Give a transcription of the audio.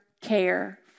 care